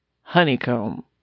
honeycomb